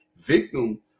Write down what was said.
victim